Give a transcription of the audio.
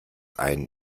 einen